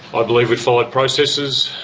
i believe we've followed processes,